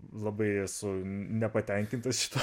labai esu nepatenkintas šito